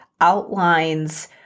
outlines